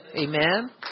amen